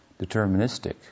deterministic